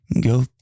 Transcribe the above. go